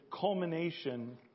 culmination